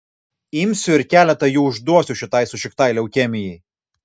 imsiu ir keletą jų užduosiu šitai sušiktai leukemijai